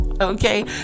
okay